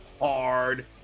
hard